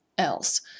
else